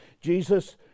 Jesus